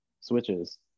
switches